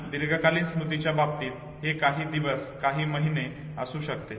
आणि दीर्घकालीन स्मृतीच्या बाबतीत हे काही दिवस काही महिने असू शकते